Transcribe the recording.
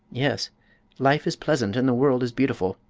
yet life is pleasant and the world is beautiful.